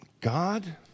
God